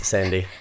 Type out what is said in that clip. Sandy